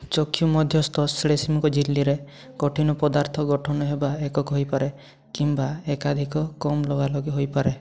ଚକ୍ଷୁ ମଧ୍ୟସ୍ଥ ଶ୍ଲେଷ୍ମିକ ଝିଲ୍ଲିରେ କଠିନ ପଦାର୍ଥ ଗଠନ ହେବା ଏକକ ହୋଇପାରେ କିମ୍ବା ଏକାଧିକ କମ୍ ଲଗାଲଗି ହୋଇପାରେ